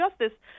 justice